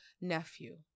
nephew